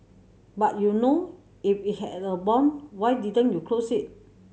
but you know if it had a bomb why didn't you close it